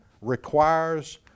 requires